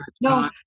no